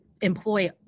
employ